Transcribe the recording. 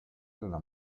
della